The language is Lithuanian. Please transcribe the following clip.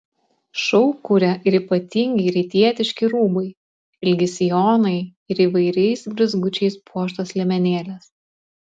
šou kuria ir ypatingi rytietiški rūbai ilgi sijonai ir įvairiais blizgučiais puoštos liemenėlės